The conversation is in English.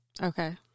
Okay